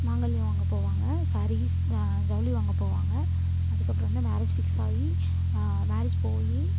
மாங்கல்யம் வாங்க போவாங்க சேரீஸ் ஜவுளி வாங்க போவாங்க அதுக்கப்புறம் வந்து மேரேஜ் ஃபிக்ஸ் ஆகி மேரேஜ் போய்